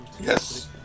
Yes